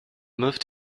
moved